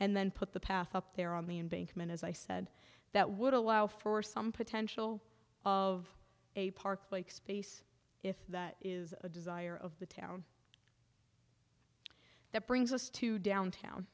and then put the path up there on the embankment as i said that would allow for some potential of a park like space if that is the desire of the town that brings us to downtown